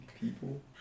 people